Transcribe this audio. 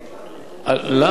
למה?